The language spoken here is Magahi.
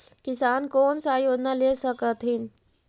किसान कोन सा योजना ले स कथीन?